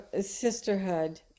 sisterhood